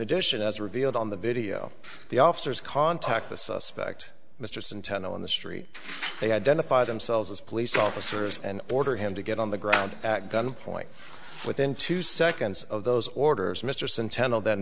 addition as revealed on the video the officers contact the suspect mr centeno in the street they identify themselves as police officers and order him to get on the ground at gunpoint within two seconds of those orders mr centeno then